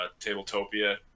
Tabletopia